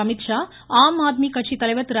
அமித்ஷா ஆம்ஆத்மி கட்சி தலைவர் திரு